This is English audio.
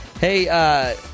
Hey